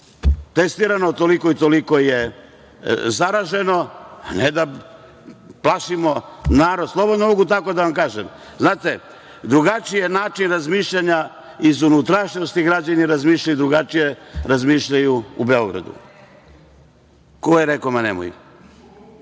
testirano, toliko i toliko je zaraženo, a ne da plašimo narod, slobodno mogu tako da vam kažem. Znate, drugačiji je način razmišljanja iz unutrašnjosti, građani razmišljaju drugačije u Beogradu.(Narodni